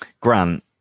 Grant